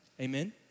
Amen